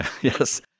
Yes